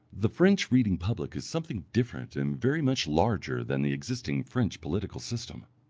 the french reading public is something different and very much larger than the existing french political system.